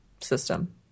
system